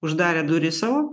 uždarė duris savo